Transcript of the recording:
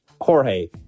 Jorge